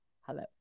Hello